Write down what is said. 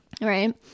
Right